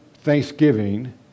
Thanksgiving